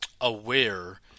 aware